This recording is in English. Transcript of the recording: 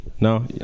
No